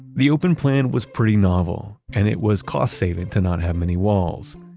the open plan was pretty novel and it was cost-saving to not have many walls.